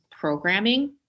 programming